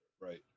right